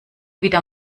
wieder